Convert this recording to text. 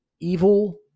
evil